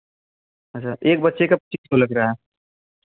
अच्छा एक बच्चे का पच्चीस सौ लग रहा है